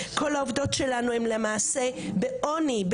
כל העובדות שלנו הן למעשה חיות בעוני,